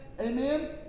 amen